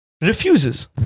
Refuses